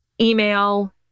email